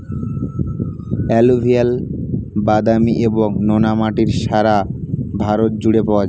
alluvial, বাদামি এবং নোনা মাটি সারা ভারত জুড়ে পাওয়া যায়